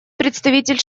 представитель